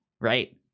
right